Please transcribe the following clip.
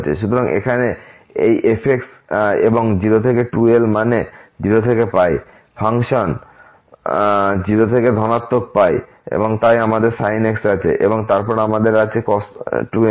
সুতরাং এখানে আমরা এই f এবং 0 থেকে 2l মানে 0 থেকে ফাংশন 0 থেকে ধনাত্মক তাই আমাদের sin x আছে এবং তারপর আমাদের আছে cos 2nx